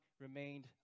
remained